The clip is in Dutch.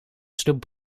sloep